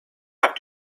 have